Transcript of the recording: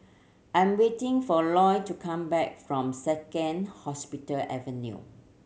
I'm waiting for Loy to come back from Second Hospital Avenue